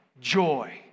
Joy